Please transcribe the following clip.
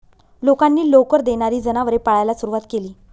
लोकांनी लोकर देणारी जनावरे पाळायला सुरवात केली